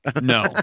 No